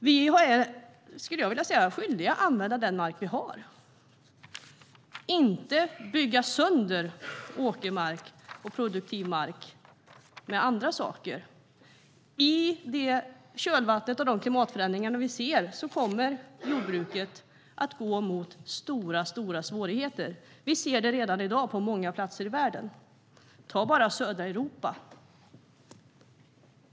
Vi är skyldiga att använda den mark vi har och inte bygga sönder åkermark och produktiv mark. I kölvattnet av de klimatförändringar vi ser kommer jordbruket att möta stora svårigheter. Vi ser det redan på många platser i världen. Se bara på södra Europa!